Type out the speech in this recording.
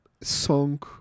song